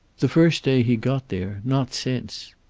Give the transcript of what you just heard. the first day he got there. not since.